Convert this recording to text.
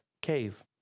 cave